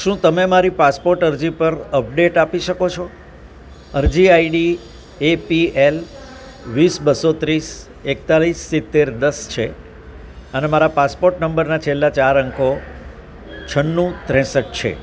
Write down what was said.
શું તમે મારી પાસપોર્ટ અરજી પર અપડેટ આપી શકો છો અરજી આઈડી એપીએલ વીસ બસો ત્રીસ એકતાલીસ સિત્તેર દસ છે અને મારા પાસપોર્ટ નંબરના છેલ્લા ચાર અંકો છન્નું ત્રેસઠ છે